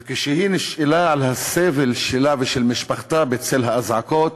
וכשהיא נשאלה על הסבל שלה ושל משפחתה בצל האזעקות